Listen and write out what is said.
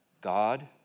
God